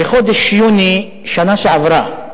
בחודש יוני שנה שעברה,